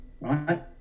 right